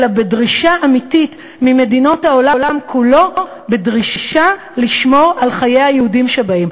אלא בדרישה אמיתית ממדינות העולם כולו לשמור על חיי היהודים שבהן.